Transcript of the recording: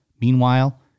Meanwhile